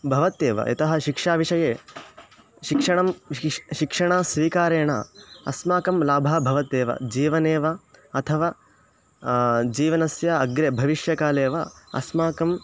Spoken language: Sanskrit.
भवत्येव यतः शिक्षाविषये शिक्षणं शिश् शिक्षणस्वीकारेण अस्माकं लाभः भवत्येव जीवने वा अथवा जीवनस्य अग्रे भविष्यकाले वा अस्माकं